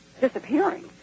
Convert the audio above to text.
Disappearing